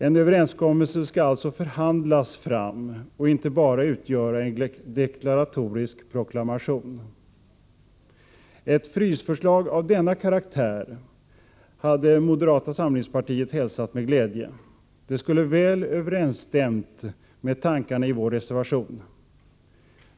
En överenskommelse skall alltså förhandlas fram och inte bara utgöra en deklaratorisk proklamation. Ett frysförslag av denna karaktär hade moderata samlingspartiet hälsat med glädje. Det skulle ha väl överensstämt med tankarna i vår reservation.